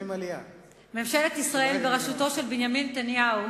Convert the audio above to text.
ממשלת ישראל בראשותו של בנימין נתניהו